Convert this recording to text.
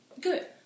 good